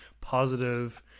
positive